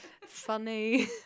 funny